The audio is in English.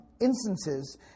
instances